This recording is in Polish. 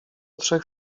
trzech